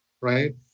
right